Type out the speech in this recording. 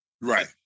Right